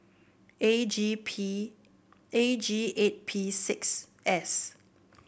A G P A G eight P six S